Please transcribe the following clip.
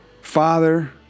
father